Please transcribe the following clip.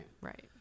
right